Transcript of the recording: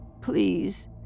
please